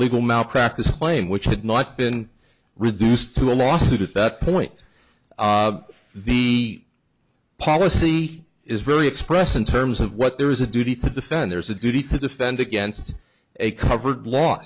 legal malpractise claim which had not been reduced to a lawsuit at that point the policy is very expressed in terms of what there is a duty to defend there is a duty to defend against a covered l